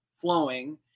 flowing